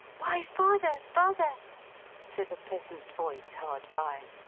why, father, father said a pleasant voice, hard by.